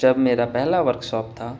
جب میرا پہلا ورک شاپ تھا